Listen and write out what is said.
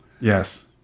Yes